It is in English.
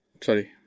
Sorry